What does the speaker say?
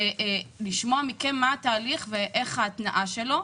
ולשמוע מכם מה התהליך ואיך ההתנעה שלו,